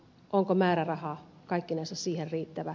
onko määräraha kaikkinensa siihen riittävä